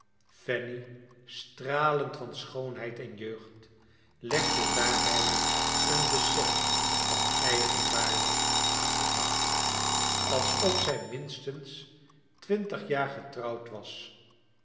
fanny stralend van schoonheid en jeugd legde daarbij een besef van eigenwaarde aan den dag als of zij minstens twintig jaar getrouwd was